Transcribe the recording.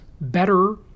better